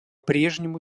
прежнему